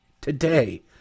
today